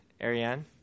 Ariane